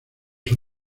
sus